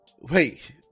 Wait